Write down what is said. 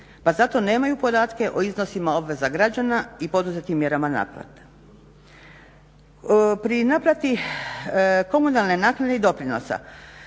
pa zato nemaju podatke o iznosima obveza građana i poduzetim mjerama naplate. Pri naplati komunalne naknade i doprinosa